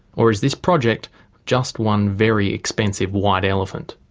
or is this project just one very expensive white elephant?